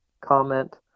comment